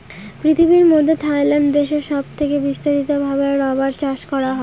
পৃথিবীর মধ্যে থাইল্যান্ড দেশে সব থেকে বিস্তারিত ভাবে রাবার চাষ করা হয়